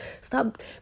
Stop